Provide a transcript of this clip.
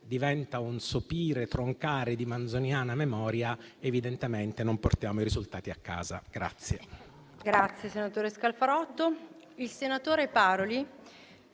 diventa un sopire, troncare di manzoniana memoria, è evidente che non portiamo i risultati a casa.